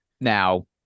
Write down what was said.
Now